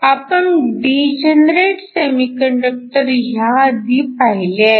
आपण degenerate semiconductor ह्या आधी पाहिले आहेत